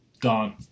Gone